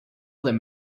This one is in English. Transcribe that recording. them